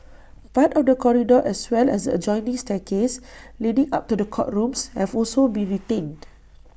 part of the corridor as well as adjoining staircase leading up to the courtrooms have also been retained